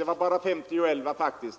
Det var faktiskt bara femtioelva gånger.